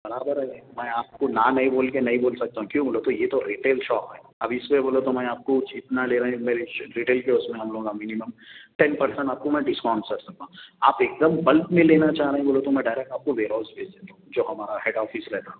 برابر ہے میں آپ کو نا نہیں بول کے نہیں بول سکتا ہوں کیوں بولے تو یہ تو ریٹیل شاپ ہے اب اس میں بولے تو میں آپ کو جتنا لے رہے ہیں میرے ریٹیل کے اس میں ہم لوگ مینیمم ٹین پرسینٹ آپ کو میں ڈسکاؤنٹ کر سکتا ہوں آپ ایک دم بلک میں لینا چاہ رہے ہیں بولے تو میں ڈائریکٹ آپ کو ویر ہاؤز بھیج دیتا ہوں جو ہمارا ہیڈ آفس رہتا